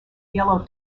yellow